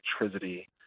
electricity